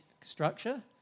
structure